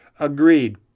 agreed